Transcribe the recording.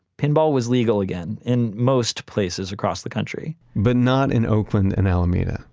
pinball was legal again in most places across the country but not in oakland and alameda,